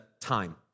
time